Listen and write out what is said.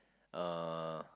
uh